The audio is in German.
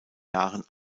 jahren